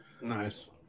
Nice